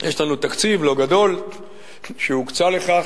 יש לנו תקציב לא גדול שהוקצה לכך.